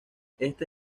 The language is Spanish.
esta